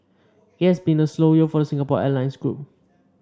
it has been a slow year for the Singapore Airlines group